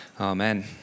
Amen